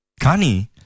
Kani